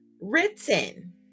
written